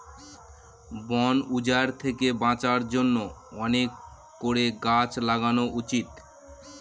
বন উজাড় থেকে বাঁচার জন্য অনেক করে গাছ লাগানো উচিত